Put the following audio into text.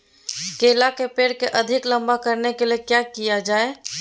केला के पेड़ को अधिक लंबा करने के लिए किया किया जाए?